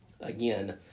again